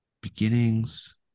beginnings